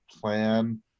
plan